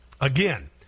Again